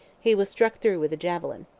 he was struck through with a javelin.